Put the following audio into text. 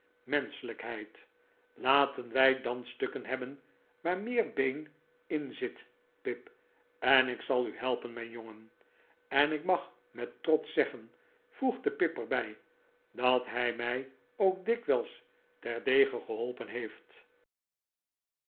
menschelijkheid laten wij dan stukken hebben waar meer been in zit pip en ik zal u helpen mijn jongenl en ik mag met trots zeggen voegde pip er bij dat hij mij ook dikwijls terdege geholpen heeft